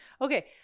okay